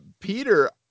Peter